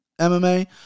MMA